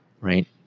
Right